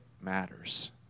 matters